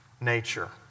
nature